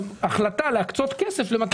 החלטה להקצות כסף למטרה מסוימת.